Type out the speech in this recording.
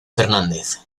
fernández